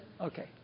Okay